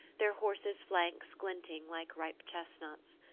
their horses' flanks glinting like ripe chestnuts.